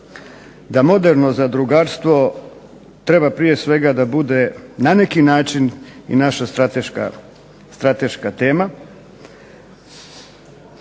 da moderno zadrugarstvo treba prije svega da bude na neki način i naša strateška tema.